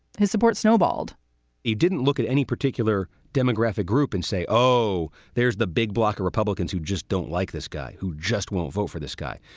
his support snowballed he didn't look at any particular demographic group and say, oh, there's the big bloc of republicans who just don't like this guy who just won't vote for this guy.